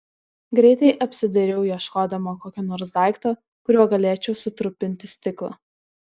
greitai apsidairiau ieškodama kokio nors daikto kuriuo galėčiau sutrupinti stiklą